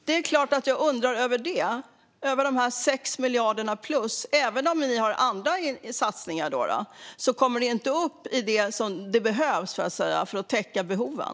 Det är klart att jag undrar över de 6 miljarderna. Även om ni gör andra satsningar kommer ni inte upp i det som behövs för att täcka behoven.